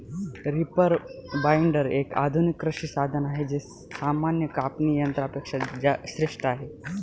reaper binder, एक आधुनिक कृषी साधन आहे जे सामान्य कापणी यंत्रा पेक्षा श्रेष्ठ आहे